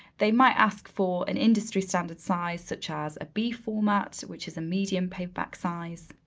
they might ask for an industry standard size such as a b-format, which is a medium paperback size.